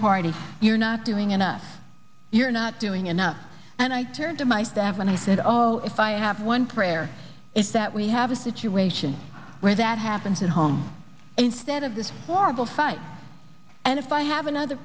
party you're not doing enough you're not doing enough and i turned to my staff and i said oh if i have one prayer is that we have a situation where that happens at home instead of this horrible fight and if i have another